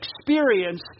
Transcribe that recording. experience